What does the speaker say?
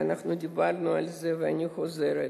דיברנו על זה ואני חוזרת: